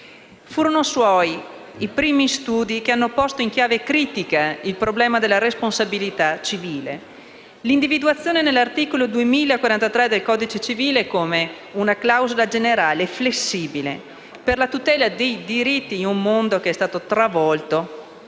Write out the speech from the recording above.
Furono suoi i primi studi che hanno posto in chiave critica il problema della responsabilità civile. L'individuazione dell'articolo 2043 del codice civile come una clausola generale flessibile per la tutela dei diritti in un mondo che è stato travolto